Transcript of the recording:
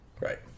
right